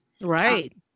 Right